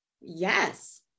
Yes